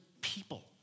people